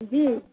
جی